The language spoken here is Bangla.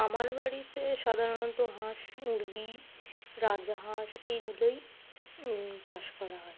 আমার বাড়িতে সাধারণত হাঁস মুরগি রাজাহাঁস এইগুলোই চাষ করা হয়